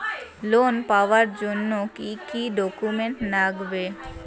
Loan পাওয়ার জন্যে কি কি ডকুমেন্ট লাগবে?